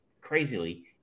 crazily